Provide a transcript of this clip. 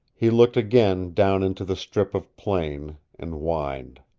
he looked again down into the strip of plain, and whined.